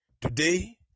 Today